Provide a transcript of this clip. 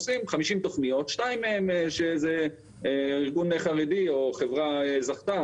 עושים חמישים תכניות שתיים מהן שזה ארגון חרדי או חברה זכתה,